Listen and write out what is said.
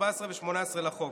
14 ו-18 לחוק.